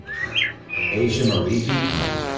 asia murie beekmann.